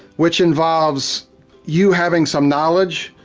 which involves you having some knowledge,